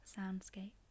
soundscape